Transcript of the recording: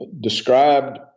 described